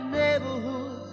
neighborhood